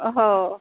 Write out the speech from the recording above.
हो